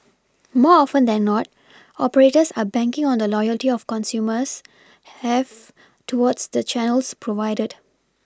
more often than not operators are banking on the loyalty of consumers have towards the Channels provided